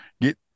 Get